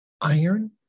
iron